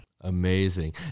Amazing